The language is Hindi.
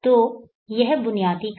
तो यह बुनियादी काम है